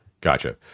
Gotcha